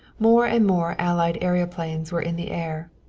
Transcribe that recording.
more and more allied aeroplanes were in the air.